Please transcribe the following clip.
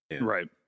Right